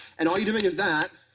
and all youire doing is that,